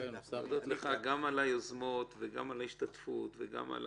להודות לך גם על היוזמות, גם על ההשתתפות, גם על